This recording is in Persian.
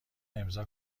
امضا